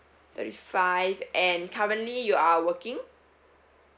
thirty five and currently you are working